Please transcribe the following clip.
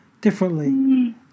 differently